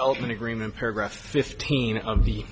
ultimate agreement paragraph fifteen of the